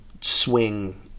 swing